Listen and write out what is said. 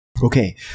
Okay